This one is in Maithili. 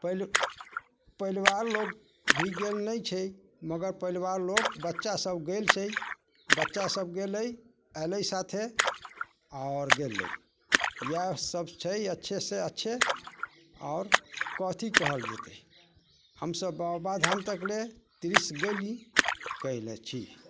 पैल परिवार लोग भी गेल नहि छै मगर परिवार लोग बच्चा सब गेल छै बच्चा सब गेलै एलै साथे आओर गेलै यएह सब छै अच्छेसँ अच्छे आओरर कथी कहल जेतै हमसब बाबा धाम तकले तीर्थ गइली कइली छी